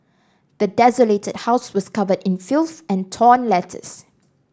the desolated house was covered in filth and torn letters